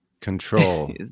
control